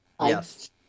yes